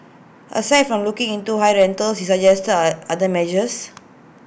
aside from looking into high rentals he suggested A other measures